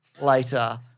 later